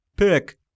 pick